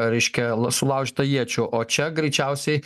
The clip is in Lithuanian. reiškia sulaužyta iečių o čia greičiausiai